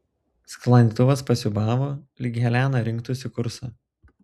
sklandytuvas pasiūbavo lyg helena rinktųsi kursą